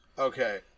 Okay